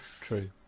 true